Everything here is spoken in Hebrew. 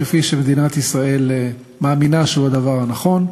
כפי שמדינת ישראל מאמינה שהוא הדבר הנכון,